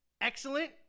excellent